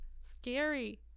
scary